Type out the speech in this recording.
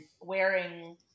wearing